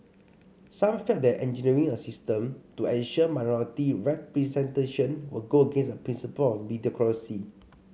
some felt that engineering a system to ensure minority representation would go against the principle of meritocracy